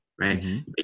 right